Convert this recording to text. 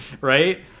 right